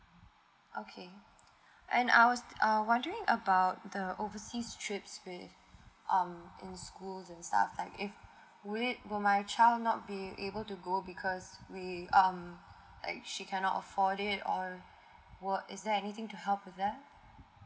okay and I was uh wondering about the overseas trips with um in school the stuff of like if will it will my child not be able to go because we um like she cannot afford it or what is there anything to help with that